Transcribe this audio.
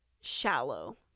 shallow